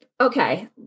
Okay